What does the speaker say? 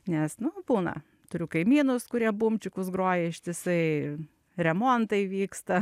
nes nu būna turiu kaimynus kurie bumčikus groja ištisai remontai vyksta